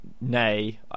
nay